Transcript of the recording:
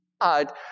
God